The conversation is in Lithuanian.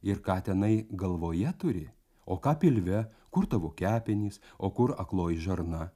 ir ką tenai galvoje turi o ką pilve kur tavo kepenys o kur akloji žarna